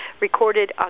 recorded